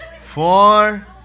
four